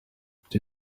nicyo